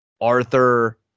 Arthur